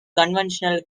conventional